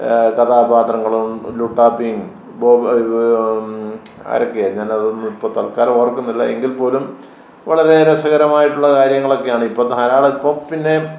കഥാപാത്രങ്ങളും ലുട്ടാപ്പിയും ബോബൻ ഇത് ആരെയൊക്കെയാണ് ഞാനതൊന്നും ഇപ്പം തത്ക്കാലം ഓർക്കുന്നില്ല എങ്കിൽ പോലും വളരെ രസകരമായിട്ടുള്ള കാര്യങ്ങളൊക്കെയാണ് ഇപ്പം ധാരാളം ഇപ്പോൾ പിന്നെ